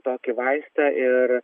tokį vaistą ir